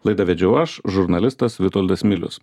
laidą vedžiau aš žurnalistas vitoldas milius